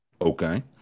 Okay